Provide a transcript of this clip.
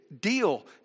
deal